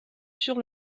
sur